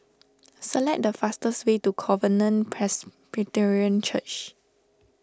select the fastest way to Covenant Presbyterian Church